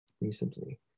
Recently